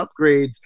upgrades